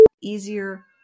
easier